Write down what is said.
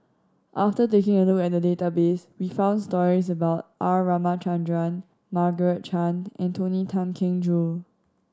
after taking a look at the database we found stories about R Ramachandran Margaret Chan and Tony Tan Keng Joo